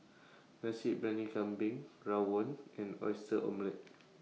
Nasi Briyani Kambing Rawon and Oyster Omelette